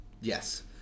Yes